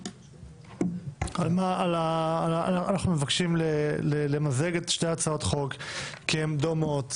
אנחנו מבקשים למזג את שתי הצעות החוק כי הן דומות,